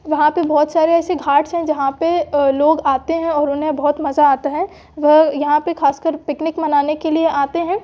वहाँ पे बहुत सारे ऐसे घाट्स हैं जहाँ पे लोग आते हैं और उन्हें बहुत मज़ा आता है वो यहाँ पे खासकर पिकनिक मनाने के लिए आते हैं